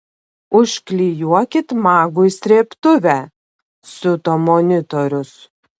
užklijuokit magui srėbtuvę siuto monitorius